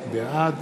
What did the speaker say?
בעד